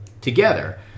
together